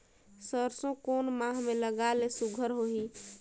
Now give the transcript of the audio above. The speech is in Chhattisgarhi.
सरसो कोन माह मे लगाय ले सुघ्घर होही?